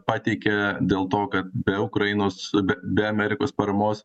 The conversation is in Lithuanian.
pateikė dėl to kad be ukrainos be be amerikos parmos